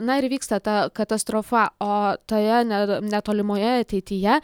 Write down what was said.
na ir įvyksta ta katastrofa o toje ne netolimoje ateityje